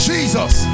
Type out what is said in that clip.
Jesus